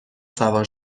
سوار